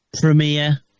premiere